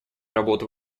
работу